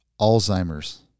Alzheimer's